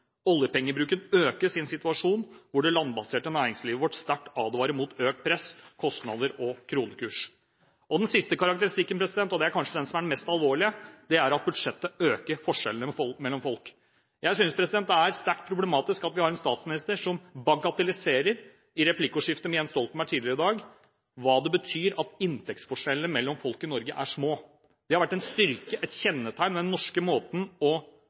Oljepengebruken økes i en situasjon hvor det landbaserte næringslivet vårt sterkt advarer mot økt press på kostnader og kronekurs. Den siste karakteristikken, og det er kanskje den som er den mest alvorlige, er at budsjettet øker forskjellene mellom folk. Jeg synes det er sterkt problematisk at vi har en statsminister som bagatelliserer – i replikkordskiftet med Jens Stoltenberg tidligere i dag – hva det betyr at inntektsforskjellene mellom folk i Norge er små. Det har vært en styrke og et kjennetegn ved den norske måten å